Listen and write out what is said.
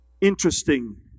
Interesting